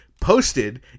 posted